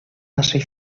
naszej